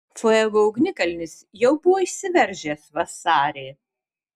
fuego ugnikalnis jau buvo išsiveržęs vasarį